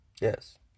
Yes